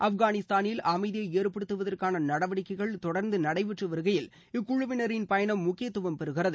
ஆப்கானிஸ்தானில் அமைதியை ஏற்படுத்துவதற்கான நடவடிக்கைள் தொடர்ந்து நடைபெற்று வருகையில் இக்குழுவினரின் பயணம் முக்கியத்துவம் பெறுகிறது